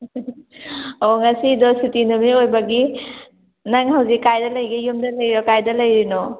ꯑꯣ ꯉꯁꯤꯗꯣ ꯁꯨꯇꯤ ꯅꯨꯃꯤꯠ ꯑꯣꯏꯕꯒꯤ ꯅꯪ ꯍꯧꯖꯤꯛ ꯀꯥꯏꯗ ꯂꯩꯒꯦ ꯌꯨꯝꯗ ꯂꯩꯔꯤꯔꯣ ꯀꯥꯏꯗ ꯂꯩꯔꯤꯅꯣ